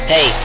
Hey